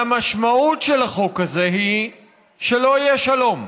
והמשמעות של החוק הזה היא שלא יהיה שלום.